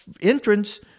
entrance